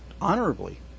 honorably